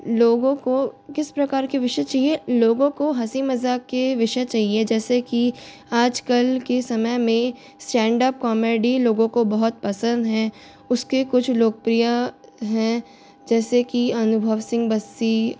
लोगों को किस प्रकार के विषय चाहिए लोगों को हँसी मज़ाक के विषय चाहिए जैसे की आजकल के समय में स्टैंड अप कॉमेडी लोगों को बहुत पसंद है उसके कुछ लोकप्रिय हैं जैसे कि अनुभव सिंह बस्सी